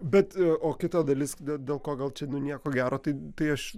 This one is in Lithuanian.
bet o kita dalis dėl daug ko gal čia nieko gero tai tai aš